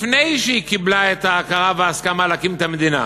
לפני שהיא קיבלה את ההכרה וההסכמה להקים את המדינה